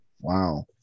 Wow